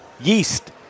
Yeast